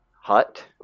hut